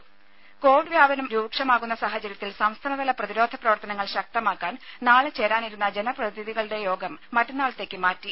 ദേശ കോവിഡ് വ്യാപനം രൂക്ഷമാകുന്ന സാഹചര്യത്തിൽ സംസ്ഥാനതല പ്രതിരോധ പ്രവർത്തനങ്ങൾ ശക്തമാക്കാൻ നാളെ ചേരാനിരുന്ന ജനപ്രതിനിധികളുടെ യോഗം മറ്റന്നാളത്തേക്ക് മാറ്റി